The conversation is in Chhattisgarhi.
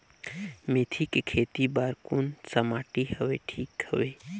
मेथी के खेती बार कोन सा माटी हवे ठीक हवे?